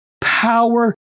power